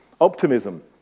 optimism